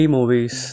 Movies